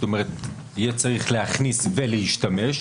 יהיה צריך להכניס ולהשתמש.